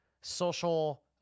social